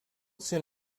soon